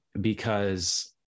because-